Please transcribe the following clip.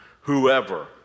Whoever